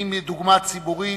ואם בדוגמה ציבורית,